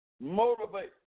motivate